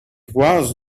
was